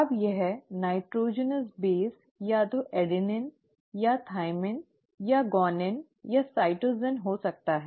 अब यह nitrogenous base या तो एडीनिन या थाइमिन या ग्वानिन या साइटोसिन हो सकता है